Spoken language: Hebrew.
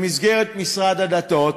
במסגרת משרד הדתות,